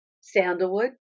sandalwood